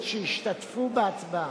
שהשתתפו בהצבעה,